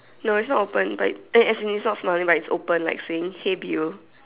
no is not open but as in he's not smiling but it's open like saying hey beau